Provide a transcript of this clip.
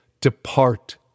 Depart